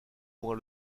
moins